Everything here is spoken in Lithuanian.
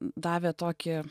davė tokį